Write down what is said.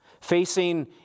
facing